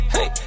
Hey